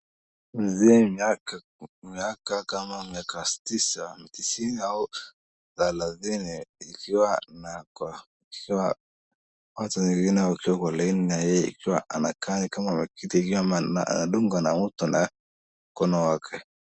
Mzee miaka, miaka kama miaka tisa na tisini au thelathini ikiwa na kwa chair , ata wengine wakiwa foleni na yeye ikiwa anakaa ni kama akidungiwa ama anadungiwa na mtu na mkono wake.